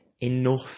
enough